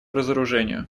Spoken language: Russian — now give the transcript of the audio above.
разоружению